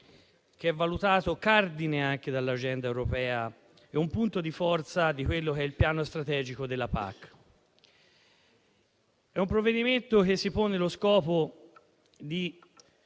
esame è valutato cardine dall'Agenda europea, è un punto di forza di quello che è il piano strategico della PAC. È un provvedimento che si pone lo scopo di